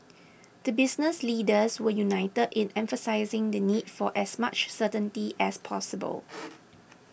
the business leaders were united in emphasising the need for as much certainty as possible